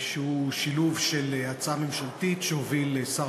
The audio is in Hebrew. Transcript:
שהוא שילוב של הצעה ממשלתית שהוביל שר